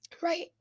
Right